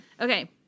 okay